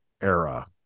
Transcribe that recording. era